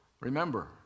Remember